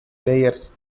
layers